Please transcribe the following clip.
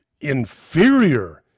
inferior